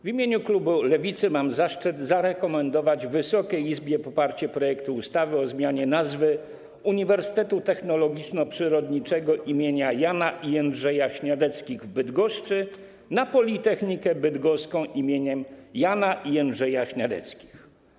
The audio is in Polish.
W imieniu klubu Lewicy mam zaszczyt zarekomendować Wysokiej Izbie poparcie projektu ustawy o zmianie nazwy Uniwersytetu Technologiczno-Przyrodniczego im. Jana i Jędrzeja Śniadeckich w Bydgoszczy na: Politechnika Bydgoska im. Jana i Jędrzeja Śniadeckich.